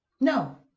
no